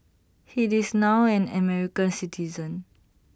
he this now an American citizen